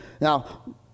now